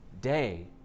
day